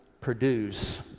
produce